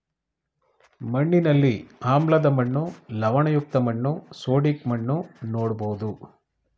ಮಣ್ಣಿನಲ್ಲಿ ಆಮ್ಲದ ಮಣ್ಣು, ಲವಣಯುಕ್ತ ಮಣ್ಣು, ಸೋಡಿಕ್ ಮಣ್ಣು ನೋಡ್ಬೋದು